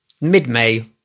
mid-May